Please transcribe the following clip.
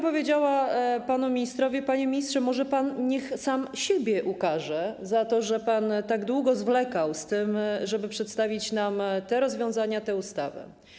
Powiedziałabym panu ministrowi tak: panie ministrze, może niech pan sam siebie ukarze za to, że pan tak długo zwlekał z tym, żeby przedstawić nam te rozwiązania, tę ustawę.